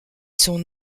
sont